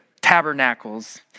Tabernacles